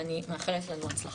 ואני מאחלת לנו הצלחה.